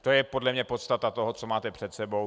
To je podle mě podstata toho, co máte před sebou.